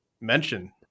mention